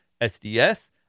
SDS